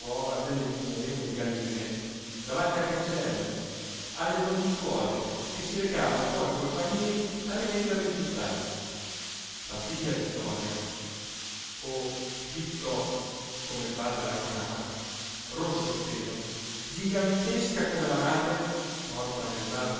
delle innumerevoli galline davanti al cancello alle donnicciuole che si recavano poi coi panieri a rivenderle in città la figlia vittoria o bittò come il padre la chiamava rossa di pelo gigantesca come la madre morta nel darla